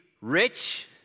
rich